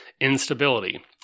instability